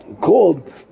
called